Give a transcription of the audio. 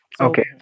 Okay